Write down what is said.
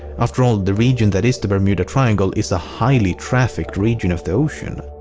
after all the region that is the bermuda triangle is a highly trafficked region of the ocean.